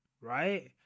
right